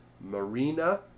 Marina